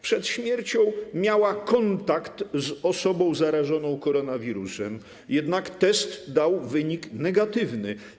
Przed śmiercią miała kontakt z osobą zarażoną koronawirusem, jednak test dał wynik negatywny.